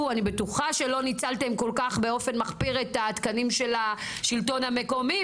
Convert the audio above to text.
אני אומרת לכם, האוצר חייב להרחיב.